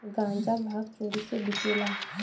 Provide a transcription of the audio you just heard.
गांजा भांग चोरी से बिकेला